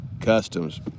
Customs